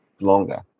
longer